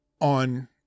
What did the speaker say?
on